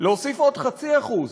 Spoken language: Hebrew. להוסיף עוד 0.5%